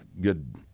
good